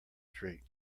street